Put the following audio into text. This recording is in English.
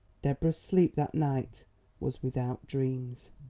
deborah's sleep that night was without dreams.